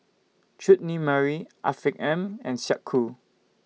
Chutney Mary Afiq M and Snek Ku